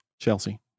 Chelsea